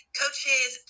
coaches